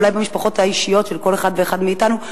אולי במשפחות האישיות של כל אחד ואחד מאתנו,